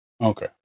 Okay